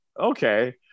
okay